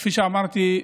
כפי שאמרתי,